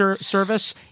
service